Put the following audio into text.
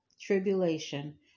tribulation